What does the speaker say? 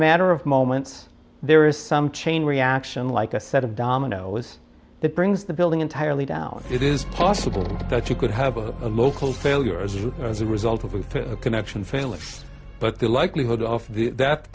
matter of moments there is some chain reaction like a set of dominoes that brings the building entirely down it is possible that you could have a local failure as well as a result of a connection failing but the likelihood of that